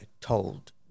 told